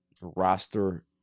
Roster